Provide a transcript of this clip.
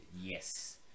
yes